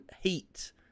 heat